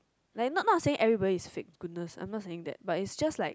like not not not saying everybody is fake goodness but is just like